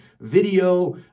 video